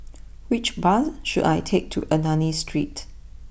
which bus should I take to Ernani Street